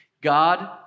God